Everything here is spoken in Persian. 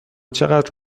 چقدر